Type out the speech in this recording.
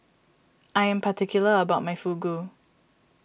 I am particular about my Fugu